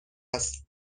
است